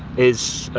is,